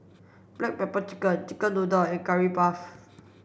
black pepper chicken chicken noodles and curry puff